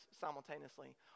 simultaneously